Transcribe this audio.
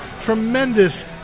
tremendous